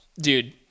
dude